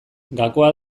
gakoa